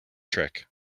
trick